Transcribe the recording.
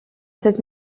cette